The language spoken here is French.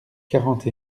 quarante